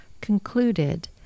concluded